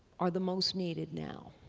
are the most needed now.